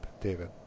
David